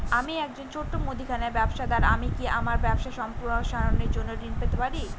আমি একজন ছোট মুদিখানা ব্যবসাদার আমি কি আমার ব্যবসা সম্প্রসারণের জন্য ঋণ পেতে পারি?